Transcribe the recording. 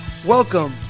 Welcome